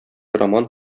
роман